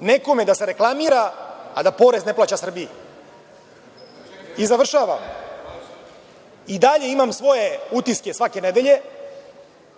nekome da se reklamira, a da porez ne plaća Srbiji. Završavam. I dalje imam svoje utiske svake nedelje.